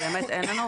באמת אין לנו.